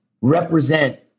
represent